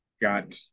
got